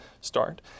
start